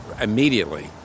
immediately